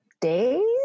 days